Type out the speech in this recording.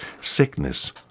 sickness